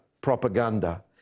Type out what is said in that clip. propaganda